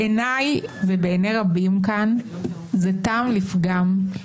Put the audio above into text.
בעיניי ובעיני רבים כאן זה טעם לפגם.